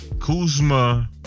Kuzma